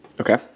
Okay